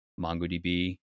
MongoDB